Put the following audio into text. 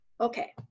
okay